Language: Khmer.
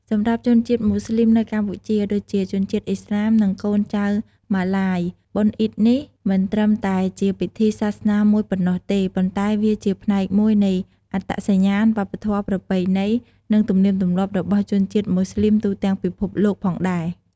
សម្រាប់ជនជាតិមូស្លីមនៅកម្ពុជា ដូចជា ជនជាតិឥស្លាម និងកូនចៅម៉ាឡាយ បុណ្យអ៊ីឌនេះមិនត្រឹមតែជាពិធីសាសនាមួយប៉ុណ្ណោះទេ ប៉ុន្តែវាជាផ្នែកមួយនៃអត្តសញ្ញាណ វប្បធម៌ ប្រពៃណី និងទំនៀមទម្លាប់របស់ជនជាតិមូស្លីមទូទាំងពិភពលោកផងដែរ។